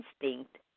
instinct